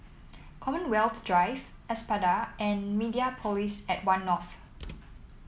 Commonwealth Drive Espada and Mediapolis at One North